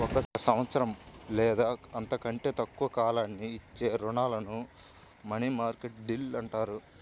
ఒక సంవత్సరం లేదా అంతకంటే తక్కువ కాలానికి ఇచ్చే రుణాలను మనీమార్కెట్ డీల్ చేత్తది